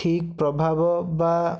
ଠିକ ପ୍ରଭାବ ବା